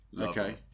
Okay